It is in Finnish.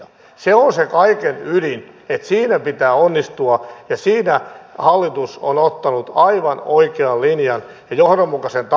se on se kaiken ydin ja siinä pitää onnistua ja siinä hallitus on ottanut aivan oikean linjan ja johdonmukaisen tavoitteen